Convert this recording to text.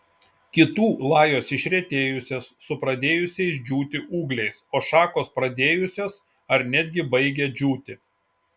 kitų lajos išretėjusios su pradėjusiais džiūti ūgliais o šakos pradėjusios ar netgi baigia džiūti